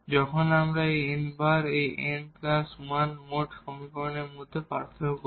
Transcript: যখন আমরা এই n বার এবং এই n প্লাস 1 মোট সমীকরণের মধ্যে পার্থক্য করব